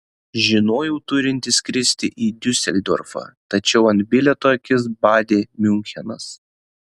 žinojau turinti skristi į diuseldorfą tačiau ant bilieto akis badė miunchenas